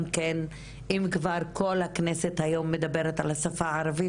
אם כבר כל הכנסת היום מדברת על השפה הערבית,